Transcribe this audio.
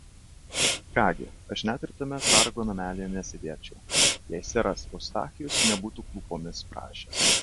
ką gi aš net ir tame sargo namelyje nesėdėčiau jei seras eustachijus nebūtų klūpomis prašęs